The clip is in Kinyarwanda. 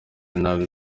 nabi